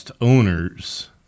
owners